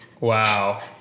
Wow